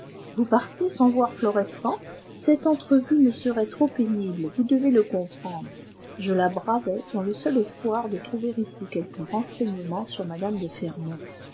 vous partez sans voir florestan cette entrevue me serait trop pénible vous devez le comprendre je la bravais dans le seul espoir de trouver ici quelques renseignements sur mme de fermont